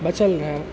बचल रहए